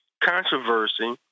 controversy